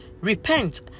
repent